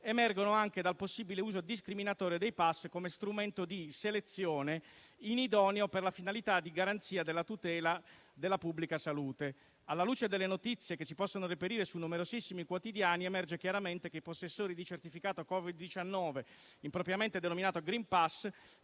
emergono anche dal possibile uso discriminatorio dei *pass* come strumento di selezione inidoneo per la finalità di garanzia della tutela della pubblica salute. Alla luce delle notizie che si possono reperire su numerosissimi quotidiani emerge chiaramente che i possessori di certificato Covid-19, impropriamente denominato *green pass*,